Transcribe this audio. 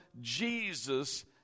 Jesus